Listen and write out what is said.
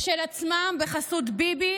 של עצמם בחסות ביבי